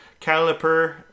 caliper